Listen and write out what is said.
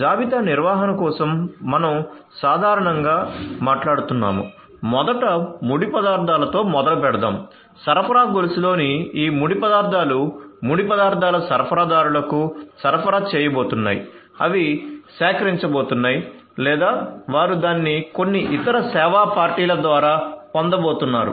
జాబితా నిర్వహణ కోసం మనం సాధారణంగా మాట్లాడుతున్నాము మొదట ముడి పదార్థాలతో మొదలుపెడదాం సరఫరా గొలుసులోని ఈ ముడి పదార్థాలు ముడి పదార్థాల సరఫరాదారులకు సరఫరా చేయబోతున్నాయి అవి సేకరించబోతున్నాయి లేదా వారు దాన్ని కొన్ని ఇతర సేవా పార్టీ ల ద్వారా పొందబోతున్నారు